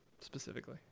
specifically